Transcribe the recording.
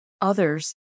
others